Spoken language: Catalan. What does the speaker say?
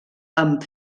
amb